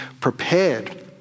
prepared